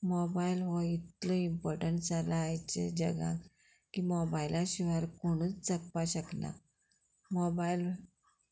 mobile हो इतलो important जाला आयच्या जगाक की मोबायला शिवाय कोणूच जगपा शकना मोबायल